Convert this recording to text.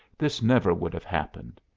this never would have happened.